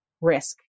risk